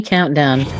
Countdown